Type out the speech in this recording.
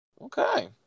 Okay